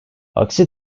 aksi